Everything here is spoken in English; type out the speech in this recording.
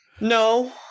No